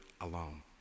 alone